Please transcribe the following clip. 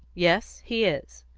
yes, he is,